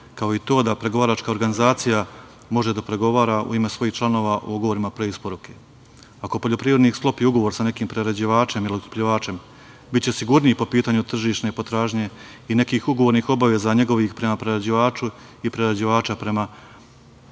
kao i to da pregovaračka organizacija može da pregovara u ime svojih članova u ugovorima pre isporuke. Ako poljoprivrednik sklopi ugovor sa nekim prerađivačem ili otkupljivačem, biće sigurniji po pitanju tržišne potražnje i nekih ugovornih obaveza njegovih prema prerađivaču i prerađivača prema